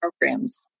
programs